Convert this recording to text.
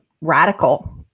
radical